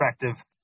perspective